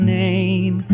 name